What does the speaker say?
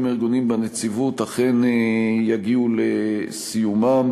הארגוניים בנציבות אכן יגיעו לסיומם,